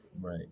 Right